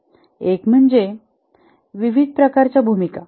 एक म्हणजे विविध प्रकारच्या भूमिका